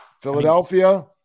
Philadelphia